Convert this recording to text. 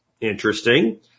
Interesting